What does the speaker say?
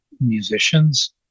Musicians